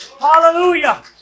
Hallelujah